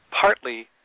partly